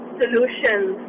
solutions